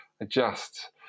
adjust